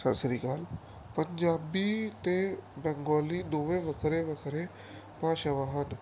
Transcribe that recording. ਸਤਿ ਸ਼੍ਰੀ ਅਕਾਲ ਪੰਜਾਬੀ ਅਤੇ ਬੰਗਾਲੀ ਦੋਵੇਂ ਵੱਖਰੇ ਵੱਖਰੇ ਭਾਸ਼ਾਵਾਂ ਹਨ